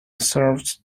serves